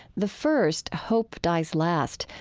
the first, hope dies last,